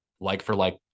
like-for-like